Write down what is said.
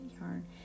yarn